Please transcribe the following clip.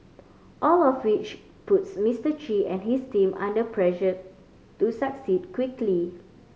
all of which puts Mister Chi and his team under pressure to succeed quickly